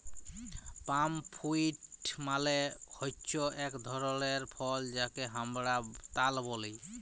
পাম fruit মালে হচ্যে এক ধরলের ফল যাকে হামরা তাল ব্যলে